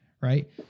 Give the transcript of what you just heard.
Right